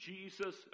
Jesus